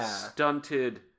stunted